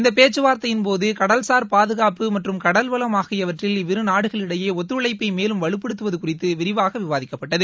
இந்த பேச்சுவார்த்தையின் போது கடல்சார் பாதுகாப்பு மற்றும் கடல் வளம் ஆகியவற்றில் இவ்விரு நாடுகள் இடையே ஒத்துழைப்பை மேலும் வலுப்படுத்துவது குறித்து விரிவாக விவாதிக்கப்பட்டது